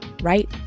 right